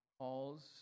calls